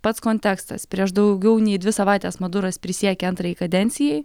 pats kontekstas prieš daugiau nei dvi savaites maduras prisiekė antrajai kadencijai